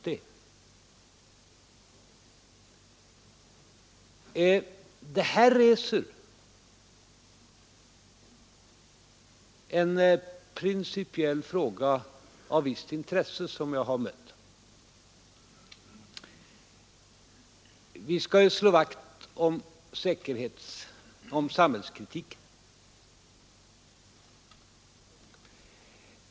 Detta spörsmål reser en principiell fråga som jag har mött och som är av visst intresse. Vi skall ju slå vakt om samhällskritiken.